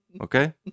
Okay